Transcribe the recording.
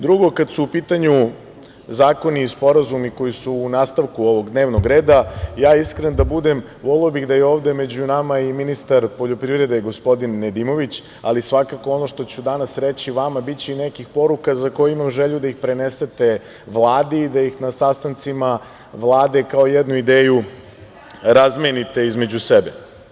Drugo, kada su u pitanju zakoni i sporazumi koji su u nastavku ovog dnevnog reda, ja iskren da budem voleo bih da je ovde među nama i ministar poljoprivrede gospodin Nedimović, ali svakako ono što ću danas reći vama biće i nekih poruka za koje imam želju da ih prenesete Vladi i da ih na sastancima Vlade kao jednu ideju razmenite između sebe.